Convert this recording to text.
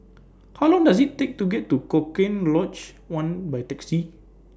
How Long Does IT Take to get to Cochrane Lodge one By Taxi